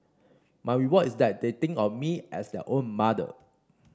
my reward is that they think of me as their own mother